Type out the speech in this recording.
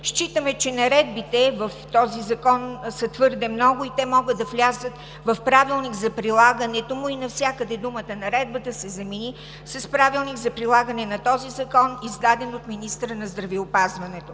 Считаме, че наредбите в този закон са твърде много и те могат да влязат в правилник за прилагането му и навсякъде думата „наредба“ да се замени с Правилник за прилагане на този закон, издаден от министъра на здравеопазването.